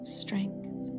strength